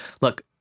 Look